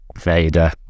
Vader